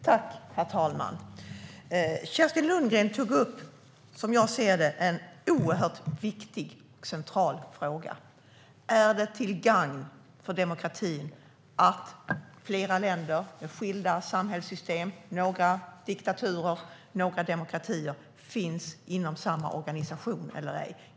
Herr talman! Kerstin Lundgren tog upp en, som jag ser det, oerhört viktig och central fråga: Är det till gagn för demokratin eller ej att flera länder med skilda samhällssystem - några diktaturer, några demokratier - finns inom samma organisation?